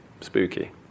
spooky